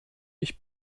ich